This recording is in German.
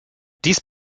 dies